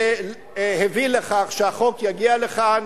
שהביא לכך שהחוק יגיע לכאן.